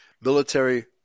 military